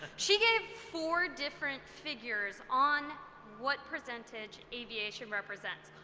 ah she gave four different figures on what percentage aviation represents.